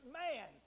man